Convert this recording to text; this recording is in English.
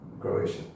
Croatia